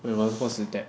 oh it was what's with that